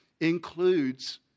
includes